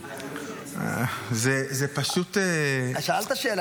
זה פשוט --- שאלת שאלה.